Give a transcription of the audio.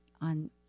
on